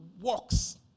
works